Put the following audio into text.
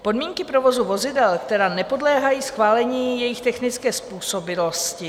Podmínky provozu vozidel, které nepodléhají schválení jejich technické způsobilosti.